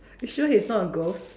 you sure he's not a ghost